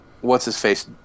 what's-his-face